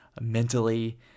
mentally